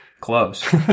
close